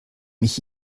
mich